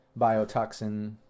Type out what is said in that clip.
biotoxin